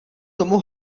tomu